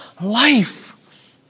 life